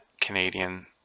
Canadian